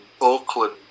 oakland